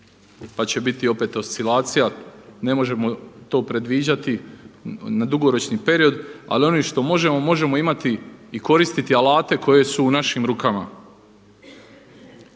pa će biti opet oscilacija. Ne možemo to predviđati na dugoročni period. Ali onim što možemo, možemo imati i koristiti alate koji su u našim rukama.